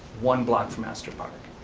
one block from astor park.